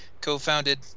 co-founded